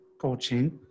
coaching